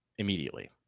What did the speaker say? Immediately